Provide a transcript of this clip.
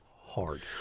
hard